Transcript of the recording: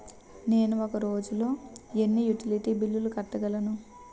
నేను ఒక రోజుల్లో ఎన్ని యుటిలిటీ బిల్లు కట్టగలను?